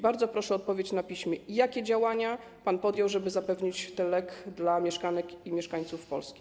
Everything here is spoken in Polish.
Bardzo proszę o odpowiedź na piśmie, jakie działania pan podjął, żeby zapewnić ten lek dla mieszkanek i mieszkańców Polski.